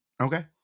okay